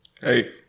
Hey